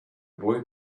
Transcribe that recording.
boy